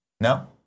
No